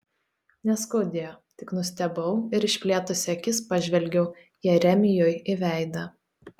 neskaudėjo tik nustebau ir išplėtusi akis pažvelgiau jeremijui į veidą